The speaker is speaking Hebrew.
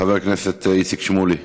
חבר הכנסת איציק שמולי,